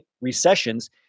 recessions